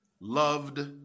loved